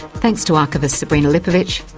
thanks to archivist sabrina lipovic.